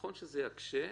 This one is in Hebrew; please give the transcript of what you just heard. נכון שזה יקשה,